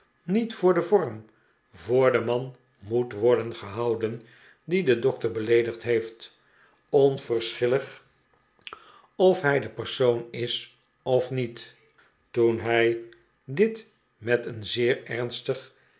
niet voor den vorm voor den man moet worden gehouden die den dokter beleedigd heeft onverschillig of hij de persoon is of niet toen hij dit met een zeer ernstig